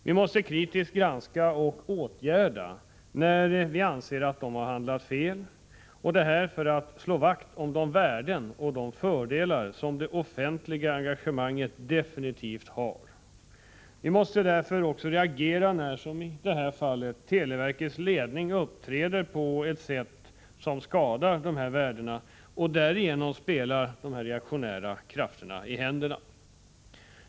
Vi måste kritiskt granska, och när vi anser att de har handlat fel måste vi vidta åtgärder, detta för att slå vakt om de värden och fördelar som det offentliga engagemanget absolut har. Därför är vi tvungna att reagera när televerkets ledning i detta fall uppträder på ett sätt som skadar dessa värden och därmed spelar de reaktionära krafterna i händerna.